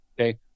Okay